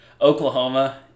Oklahoma